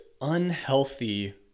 unhealthy